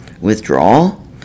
withdrawal